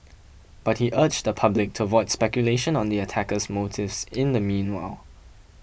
but he urged the public to avoid speculation on the attacker's motives in the meanwhile